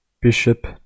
bishop